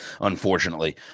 unfortunately